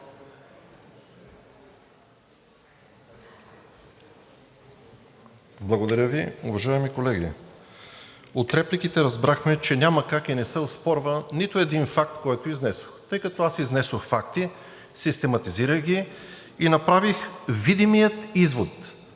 Благодаря Ви. Уважаеми колеги, от репликите разбрахме, че няма как и не се оспорва нито един факт, който изнесох. Тъй като аз изнесох факти, систематизирах ги и направих видимия извод